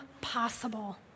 possible